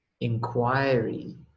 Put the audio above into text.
inquiry